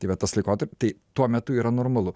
tai va tas laikotarpis tai tuo metu yra normalu